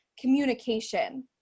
communication